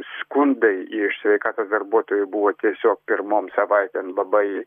skundai iš sveikatos darbuotojų buvo tiesiog pirmom savaitėm labai